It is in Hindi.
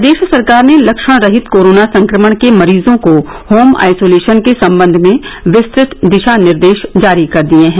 प्रदेश सरकार ने लक्षणरहित कोरोना संक्रमण के मरीजों को होम आइसोलेशन के सम्बंध में विस्तृत दिशानिर्देश जारी कर दिए हैं